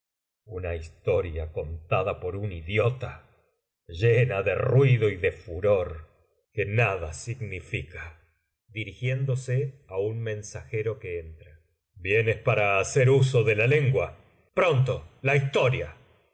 una historia contada por un idiota llena de ruido y de furor que nada sig macbeth ninca dirigiéndose aun mensajero que entra vienes para hacer uso de la lengua pronto la historia